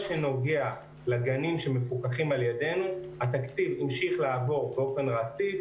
שנוגע לגנים שמפוקחים על ידינו התקציב ממשיך לעבור באופן רציף,